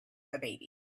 baby